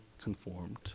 conformed